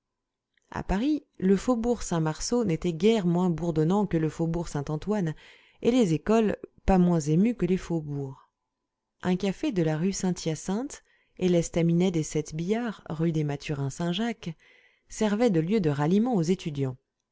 à paris le faubourg saint-marceau n'était guère moins bourdonnant que le faubourg saint-antoine et les écoles pas moins émues que les faubourgs un café de la rue saint hyacinthe et l'estaminet des sept billards rue des mathurins saint jacques servaient de lieux de ralliement aux étudiants